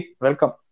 welcome